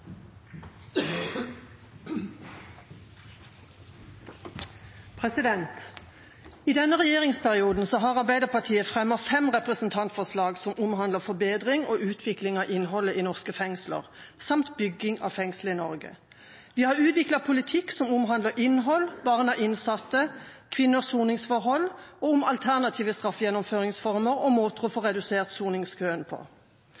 omme. I denne regjeringsperioden har Arbeiderpartiet fremmet fem representantforslag som omhandler forbedring og utvikling av innholdet i norske fengsler samt bygging av fengsel i Norge. Vi har utviklet politikk som omhandler innhold, barn av innsatte, kvinners soningsforhold og om alternative straffegjennomføringsformer og måter å få redusert soningskøen på.